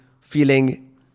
feeling